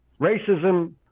racism